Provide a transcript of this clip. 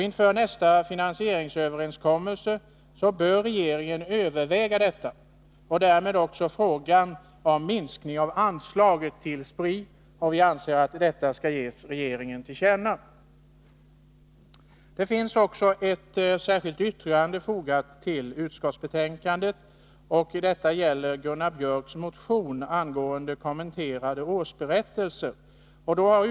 Inför nästa finansieringsöverenskommelse bör regeringen överväga detta och därmed också frågan om en minskning av anslaget till Spri. Vi anser att detta skall ges regeringen till känna som riksdagens mening. Det finns också ett särskilt yttrande fogat till utskottsbetänkandet. Detta gäller Gunnar Biörcks i Värmdö motion angående kommenterande årsberättelser.